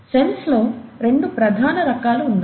cells లో రెండు ప్రధాన రకాల ఉన్నాయి